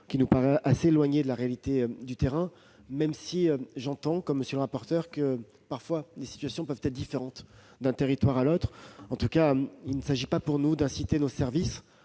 qui nous paraît assez éloignée de la réalité du terrain, même si j'entends, comme M. le rapporteur, que des situations peuvent parfois être différentes d'un territoire à un autre. En tout cas, il ne s'agit pas pour nous d'inciter les services